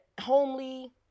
Homely